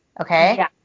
Okay